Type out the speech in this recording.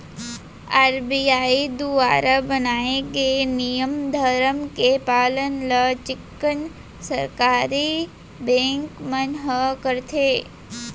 RBI दुवारा बनाए गे नियम धरम के पालन ल चिक्कन सरकारी बेंक मन ह करथे